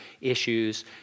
issues